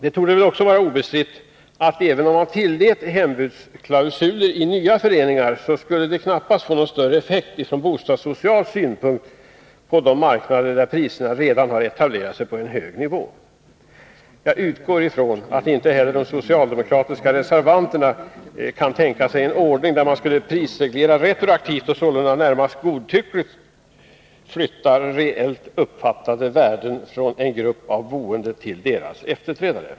Det torde väl också vara obestritt att även om man tillät hembudsklausuler "inya föreningar, skulle det knappast få någon större effekt från bostadssocial synpunkt på de marknader där priserna redan har etablerat sig på en hög nivå. Jag utgår ifrån att inte heller de socialdemokratiska reservanterna kan tänka sig en ordning där man skulle prisreglera retroaktivt och sålunda närmast godtyckligt flytta reellt uppfattade värden från en grupp av boende till deras efterträdare.